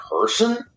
person